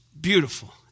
beautiful